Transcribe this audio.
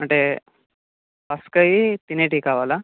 అంటే పస్కవి తినేటివి కావాలా